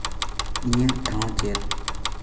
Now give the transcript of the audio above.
ᱤᱧᱟᱹᱜ ᱴᱷᱟᱶ ᱪᱮᱫ